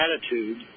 attitude